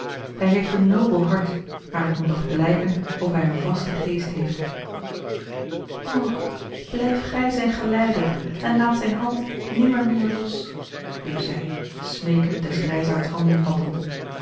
hij heeft een nobel hart maar het moet nog blijken of hij een vasten geest heeft o blijf gij zijn geleider en laat zijne hand nimmermeer los riep zij smeekend des grijsaards handen vattend